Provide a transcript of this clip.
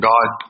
God